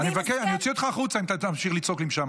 אני אוציא אותך החוצה אם תמשיך לצעוק שם,